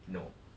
no